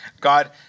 God